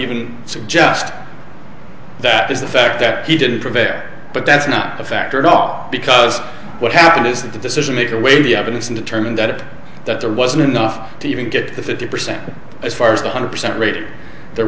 even suggest that is the fact that he didn't prepare but that's not a factor at all because what happened is that the decision maker weigh the evidence and determine that it that there wasn't enough to even get the fifty percent as far as one hundred percent rated there